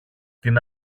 την